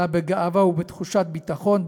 אלא בגאווה ובתחושת ביטחון,